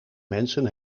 mensen